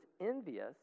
envious